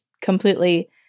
completely